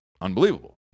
unbelievable